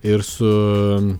ir su